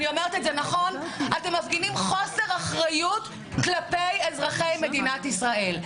אתם מפגינים חוסר אחריות כלפי אזרחי מדינת ישראל.